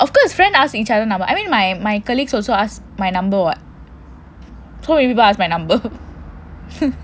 of course friend ask each other lah I mean my my colleagues also ask my number [what] he say can I have your number